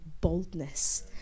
boldness